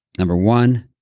number one,